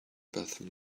bathroom